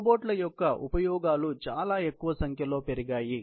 రోబోట్ల యొక్క ఉపయోగాలు చాలా ఎక్కువ సంఖ్యలో పెరిగాయి